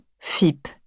FIP